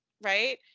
right